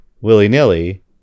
willy-nilly